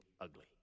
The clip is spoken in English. ugly